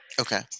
Okay